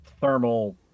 thermal